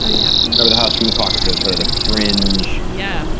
um yeah, they're the house freedom caucus. that's sort of the fringe. yeah.